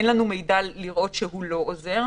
אין לנו מידע שמראה שהוא לא עוזר.